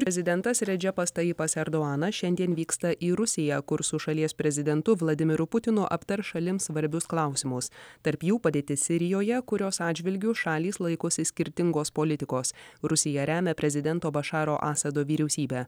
rezidentas redžepas tajipas erdohanas šiandien vyksta į rusiją kur su šalies prezidentu vladimiru putinu aptars šalims svarbius klausimus tarp jų padėtis sirijoje kurios atžvilgiu šalys laikosi skirtingos politikos rusija remia prezidento bašaro asado vyriausybę